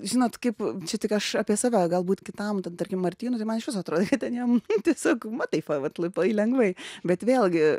žinot kaip čia tik aš apie save galbūt kitam ten tarkim martynui tai man iš viso atrodė kad ten jam tiesiog va taip va vat labai lengvai bet vėlgi